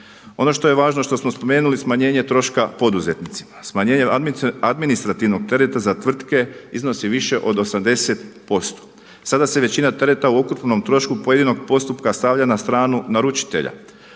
Ono što je važno što smo spomenuli smanjenje troška poduzetnicima. Smanjenje administrativnog tereta za tvrtke iznosi više od 80%. Sada se većina tereta u ukupnom trošku pojedinog postupka stavlja na stranu naručitelja.